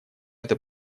это